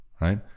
right